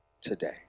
today